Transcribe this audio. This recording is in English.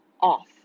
off